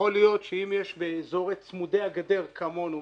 יכול להיות שאם יש באיזורי צמודי גדר כמונו,